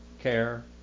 care